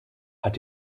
hat